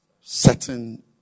certain